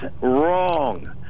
wrong